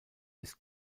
ist